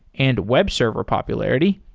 and web server popularity.